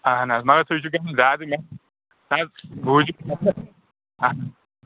اہن حظ مگر سُہ چھِ تٔمِس زیادٕ نہ حظ بوٗزِو اہن